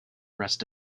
rest